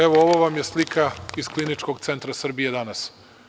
Evo, ovo vam je slika iz Kliničkog centra Srbije danas.